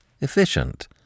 efficient